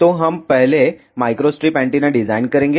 तो हम पहले माइक्रोस्ट्रिप एंटीना डिजाइन करेंगे